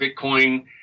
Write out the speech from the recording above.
Bitcoin